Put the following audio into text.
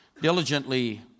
diligently